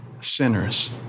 sinners